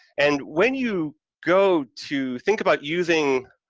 and when you go to think about using,